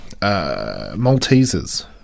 Maltesers